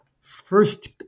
first